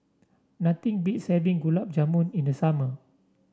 nothing beats having Gulab Jamun in the summer